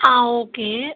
ஆ okay